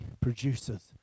produces